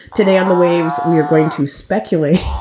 today on the waves, we are going to speculate